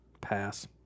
Pass